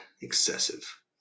Excessive